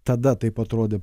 tada taip atrodė